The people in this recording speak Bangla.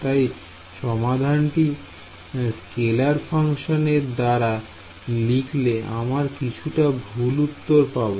তাই সমাধানটি স্কেলার ফাংশন এর দ্বারা লিখলে আমরা কিছুটা ভুল উত্তর পাবো